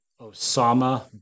Osama